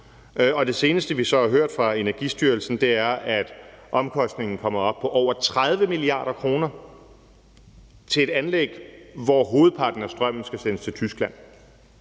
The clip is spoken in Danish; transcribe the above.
det seneste, vi så har hørt fra Energistyrelsen, er, at omkostningen til anlægget kommer op på 30 mia. kr., altså hvor hovedparten af strømmen skal sendes til Tyskland.